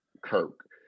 Kirk